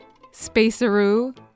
Spaceroo